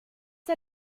der